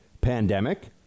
pandemic